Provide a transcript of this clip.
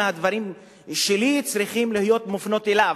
מהדברים שלי צריכים להיות מופנים אליו.